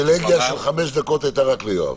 פריוויליגיה של חמש דקות הייתה רק ליואב.